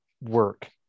work